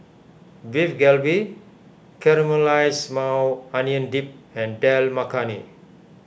Beef Galbi Caramelized Maui Onion Dip and Dal Makhani